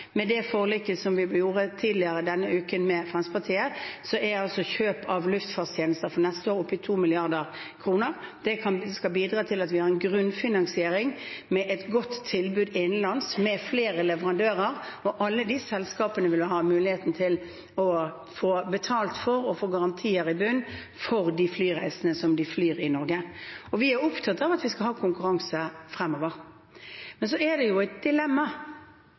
Med det forliket som vi gjorde tidligere denne uken med Fremskrittspartiet, er kjøp av luftfartstjenester for neste år oppe i 2 mrd. kr. Det skal bidra til at vi har en grunnfinansiering med et godt tilbud innenlands, med flere leverandører. Alle de selskapene vil ha muligheten til å få betalt for og å få garantier i bunnen for de flyreisene som de flyr i Norge. Vi er opptatt av at vi skal ha konkurranse fremover. Men så er det et dilemma.